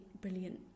brilliant